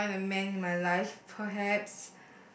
find a man in my life perhaps